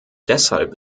deshalb